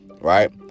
Right